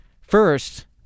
first-